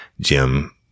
Jim